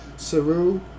Saru